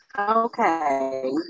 Okay